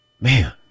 Man